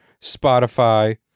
Spotify